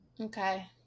Okay